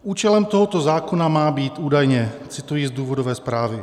Účelem tohoto zákona má být údajně cituji z důvodové zprávy